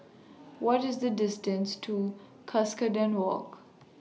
What IS The distance to Cuscaden Walk